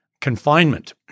confinement